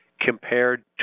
compared